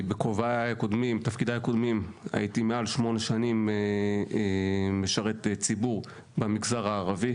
בתפקידיי הקודמים שירתי מעל שמונה שנים כמשרת ציבור במגזר הערבי,